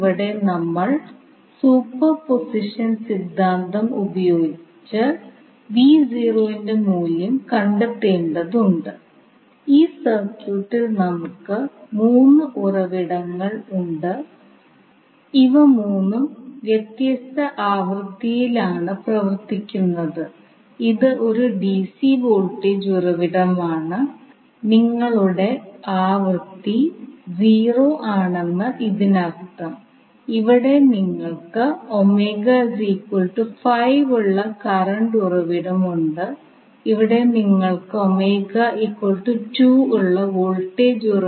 ഈ സാഹചര്യത്തിൽ നമുക്ക് ഒരു സിനുസോയ്ഡൽ വോൾട്ടേജ് സ്രോതസ്സ് ഉണ്ടെന്നും അത് ആണെന്നും നമുക്ക് 1H ഇൻഡക്റ്റർ ഉണ്ടെന്നും നമുക്ക് കാണാം